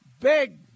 big